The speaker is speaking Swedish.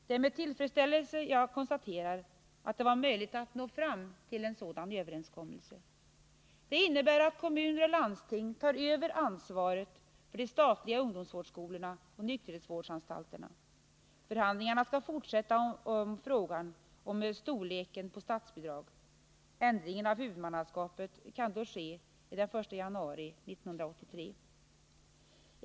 Det är med tillfredsställelse jag konstaterar att det var möjligt att få fram denna överenskommelse. Den innebär att kommuner och landsting tar över ansvaret för de statliga ungdomsvårdsskolorna och nykterhetsvårdsanstalterna. Förhandlingarna skall fortsätta i frågan om storleken på statsbidrag. Ändringen av huvudmannaskapet kan då ske den 1 januari 1983.